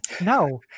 No